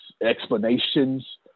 explanations